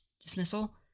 dismissal